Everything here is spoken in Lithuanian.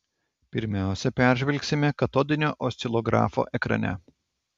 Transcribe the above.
pirmiausia peržvelgsime katodinio oscilografo ekrane